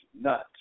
nuts